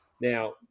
Now